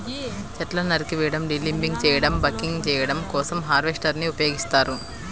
చెట్లను నరికివేయడం, డీలింబింగ్ చేయడం, బకింగ్ చేయడం కోసం హార్వెస్టర్ ని ఉపయోగిస్తారు